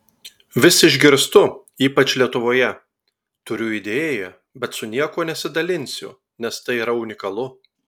vis išgirstu ypač lietuvoje turiu idėją bet su niekuo nesidalinsiu nes tai yra unikalu